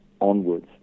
onwards